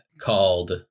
called